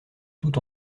tout